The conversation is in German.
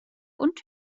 und